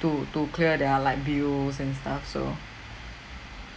to to clear their like bills and stuff so